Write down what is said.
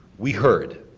we heard